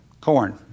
Corn